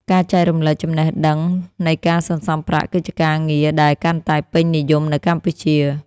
ការចែករំលែកចំណេះដឹងនៃការសន្សំប្រាក់គឺជាការងារដែលកាន់តែពេញនិយមនៅកម្ពុជា។